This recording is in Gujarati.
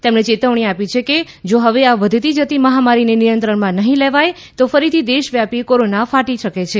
તેમણે ચેતવણી આપી છે કે જો હવે આ વધતી જતી મહામારીને નિયંત્રણમાં નહી લેવાય તો ફરીથી દેશવ્યાપી કોરોના ફાટી શકે છે